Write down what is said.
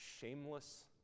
shameless